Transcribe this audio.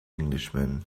englishman